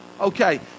Okay